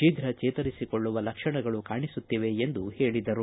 ಶೀಘ್ರ ಜೇತರಿಸಿಕೊಳ್ಳುವ ಲಕ್ಷಣಗಳು ಕಾಣುತ್ತಿವೆ ಎಂದು ಹೇಳಿದರು